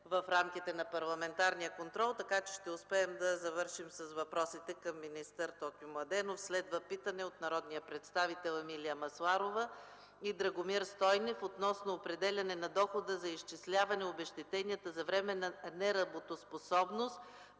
в рамките на парламентарния контрол. Ще успеем да завършим с въпросите към министър Тотю Младенов. Следва питане от народния представител Емилия Масларова и Драгомир Стойнев относно определяне на дохода за изчисляване обезщетенията за временна неработоспособност